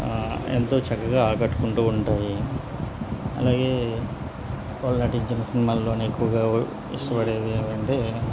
ఎంతో చక్కగా ఆకట్టుకుంటూ ఉంటాయి అలాగే వాళ్ళు నటించిన సినిమాల్లోనే ఎక్కువగా ఇష్టపడేవి ఏమి అంటే